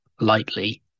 lightly